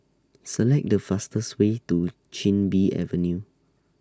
Select The fastest Way to Chin Bee Avenue